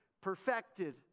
perfected